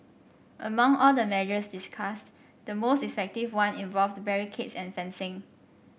among all the measures discussed the most effective one involved barricades and fencing